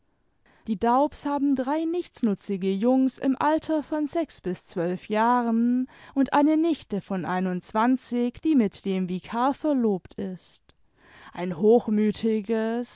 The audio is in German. die daubs haben drei nichtsnutzige jungens im alter von sechs bis zwölf jahren und eine nichte von einundzwanzig die mit dem vikar verlobt ist ein hochmütiges